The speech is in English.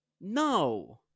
No